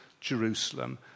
Jerusalem